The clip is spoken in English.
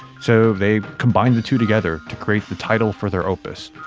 so they combine the two together to create the title for their opus.